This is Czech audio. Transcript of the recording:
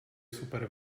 super